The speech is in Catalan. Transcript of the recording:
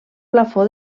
plafó